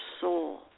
soul